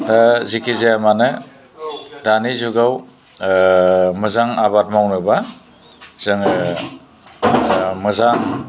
दा जिखि जाया मानो दानि जुगाव मोजां आबाद मावनोब्ला जोङो मोजां